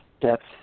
depth